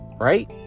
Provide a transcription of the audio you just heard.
right